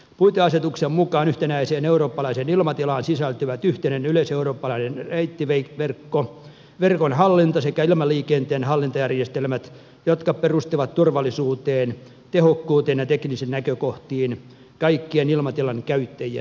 puiteasetuksen mukaan yhtenäiseen eurooppalaiseen ilmatilaan sisältyvät yhteinen yleiseurooppalainen reittiverkko verkon hallinta sekä ilmaliikenteen hallintajärjestelmät jotka perustuvat turvallisuuteen tehokkuuteen ja teknisiin näkökohtiin kaikkien ilmatilan käyttäjien hyväksi